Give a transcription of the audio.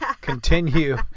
continue